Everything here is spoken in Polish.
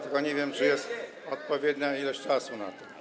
tylko nie wiem, czy jest odpowiednia ilość czasu na to.